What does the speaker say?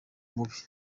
mubi